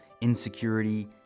insecurity